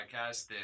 podcast